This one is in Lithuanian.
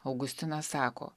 augustinas sako